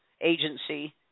agency